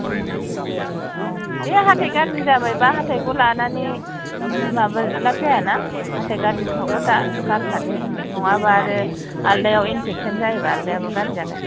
औ बे हाथाय गाज्रि जाबाय बा हाथायखौ लानानै माबा लाब जायाना हाथाय गाज्रिखाखौ दा गारखादो नङाबा आरो आलदायाव इनफेकसन जायोबा आलदायाबो गाज्रि जागोन